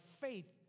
faith